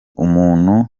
umuntu